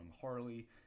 harley